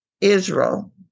Israel